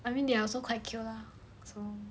I mean they are also quite cute lah so